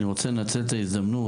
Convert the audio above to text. אני רוצה לנצל את ההזדמנות,